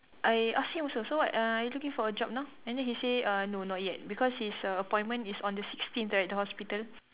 I ask him also so what uh are you looking for a job now and then he say uh no not yet because his uh appointment is on the sixteenth right the hospital